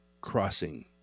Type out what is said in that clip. crossing